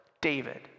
David